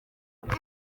bwe